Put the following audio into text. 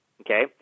Okay